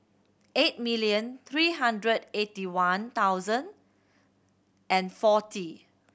eight million three hundred eighty one thousand and forty